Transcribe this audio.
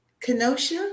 Kenosha